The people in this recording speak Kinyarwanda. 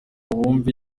wumve